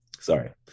sorry